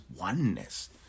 oneness